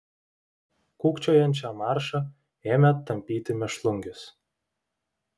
kūkčiojančią maršą ėmė tampyti mėšlungis